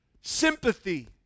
sympathy